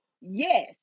yes